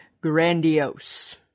grandiose